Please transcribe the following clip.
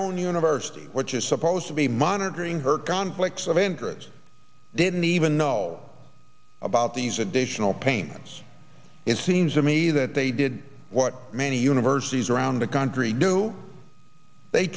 own university which is supposed to be monitoring her conflicts of interest didn't even know about these additional payments it seems to me that they did what many universities around the country do they